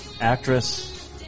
Actress